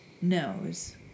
knows